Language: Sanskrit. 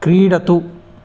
क्रीडतु